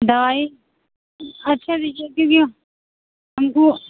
दवाई अच्छा दीजिए क्योंकि हमको